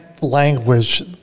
language